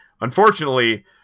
unfortunately